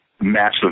massive